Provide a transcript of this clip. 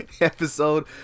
Episode